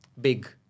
big